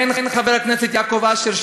הן חבר הכנסת יעקב אשר,